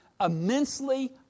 immensely